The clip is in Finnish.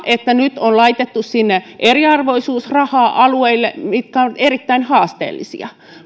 että nyt on laitettu eriarvoisuusrahaa alueille mitkä ovat erittäin haasteellisia